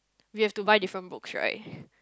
we have to buy different books right